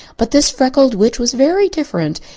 but this freckled witch was very different,